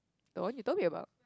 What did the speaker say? the one you told me about